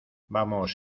vamos